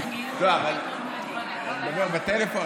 אבל אתה מדבר בטלפון,